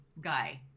guy